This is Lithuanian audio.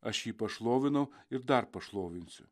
aš jį pašlovinau ir dar pašlovinsiu